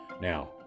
Now